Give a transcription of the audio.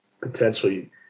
potentially